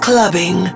Clubbing